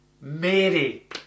Mary